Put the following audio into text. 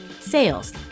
sales